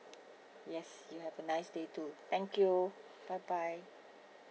yes you have a nice day too thank you bye bye